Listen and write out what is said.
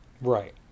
Right